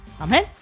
Amen